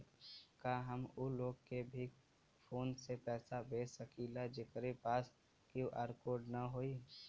का हम ऊ लोग के भी फोन से पैसा भेज सकीला जेकरे पास क्यू.आर कोड न होई?